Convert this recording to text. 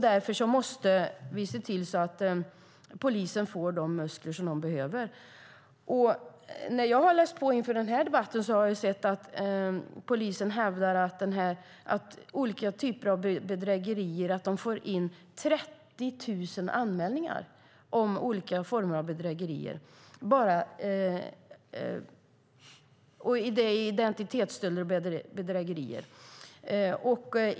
Därför måste vi se till att polisen får de muskler som de behöver. När jag har läst på inför den här debatten har jag sett att polisen hävdar att de får in 30 000 anmälningar om olika former av bedrägerier. Det är identitetsstölder och bedrägerier.